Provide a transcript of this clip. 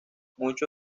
mucho